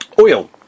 oil